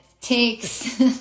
takes